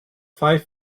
five